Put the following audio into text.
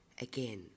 again